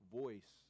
voice